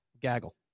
Gaggle